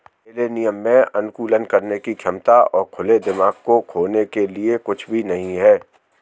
millennial में अनुकूलन करने की क्षमता और खुले दिमाग को खोने के लिए कुछ भी नहीं है